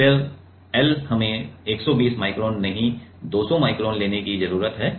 फिर l हमें 120 micron नहीं 200 माइक्रोन लेने की जरूरत है